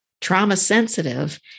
trauma-sensitive